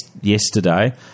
yesterday